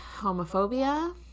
homophobia